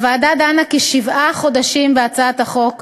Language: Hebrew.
הוועדה דנה כשבעה חודשים בהצעת החוק,